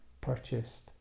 purchased